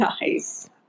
nice